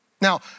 Now